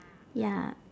ya